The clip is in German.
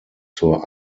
zur